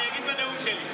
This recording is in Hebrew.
אני אגיד את זה בנאום שלי.